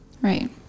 Right